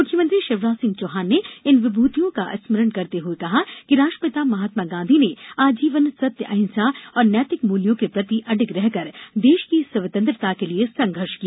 मुख्यमंत्री शिवराज सिंह चौहान ने इन विभूतियों का स्मरण करते हुए कहा कि राष्ट्रपिता महात्मा गांधी ने आजीवन सत्यअहिंसा और नैतिक मूल्यों के प्रति अडिग रहकर देश की स्वतंत्रता के लिए संघर्ष किया